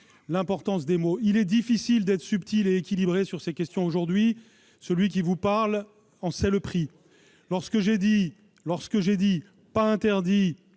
l'importance des mots. Il est difficile d'être subtil et équilibré sur ces questions aujourd'hui : celui qui vous parle est bien placé pour le savoir. Lorsque j'ai dit « pas interdit,